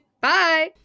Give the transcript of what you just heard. Bye